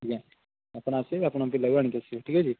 ଆଜ୍ଞା ଆପଣ ଆସିବେ ଆପଣଙ୍କ ପିଲାକୁ ବି ଆଣିକି ଆସିବେ ଠିକ୍ ଅଛି